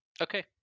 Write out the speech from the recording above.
Okay